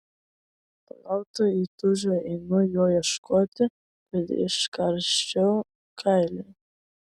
pagauta įtūžio einu jo ieškoti kad iškarščiau kailį